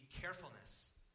carefulness